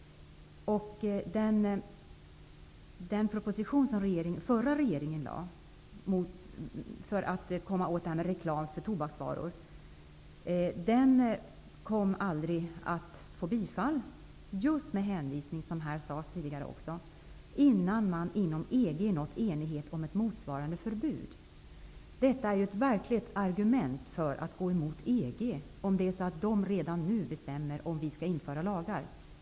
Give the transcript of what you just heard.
Den proposition, som den förra regeringen lade fram för att komma åt problemet med reklam för tobaksvaror, fick aldrig bifall med hänvisning till EG med orden: -- innan man inom EG nått enighet om ett motsvarande förbud. Detta är ju ett verkligt argument mot att gå med i EG, om det är så att EG redan nu bestämmer huvuvida vi skall införa lagar.